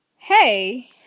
Hey